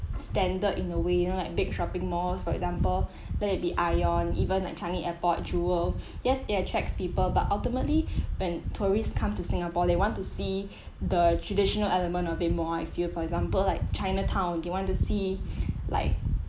standard in a way you know like big shopping malls for example that it'll be aeon even at changi airport jewel yes it attracts people but ultimately when tourist come to singapore they want to see the traditional element a little bit more I feel for example like chinatown you want to see like